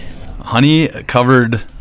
Honey-covered